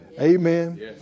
Amen